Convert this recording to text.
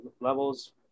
levels